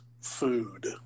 food